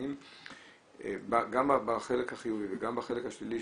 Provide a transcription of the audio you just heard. ואם גם בחלק החיובי וגם בחלק השלילי,